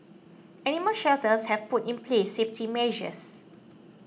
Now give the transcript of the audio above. animal shelters have put in place safety measures